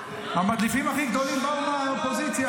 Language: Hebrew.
המדליפים הכי גדולים באו מהאופוזיציה,